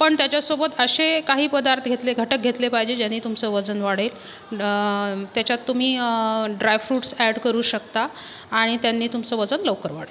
पण त्याच्यासोबत असे काही पदार्थ घेतले घटक घेतले पाहिजे ज्यांनी तुमचं वजन वाढेल त्याच्यात तुम्ही ड्रायफ्रूट्स अॅड करू शकता आणि त्यांनी तुमचं वजन लवकर वाढेल